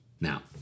Now